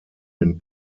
den